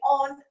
on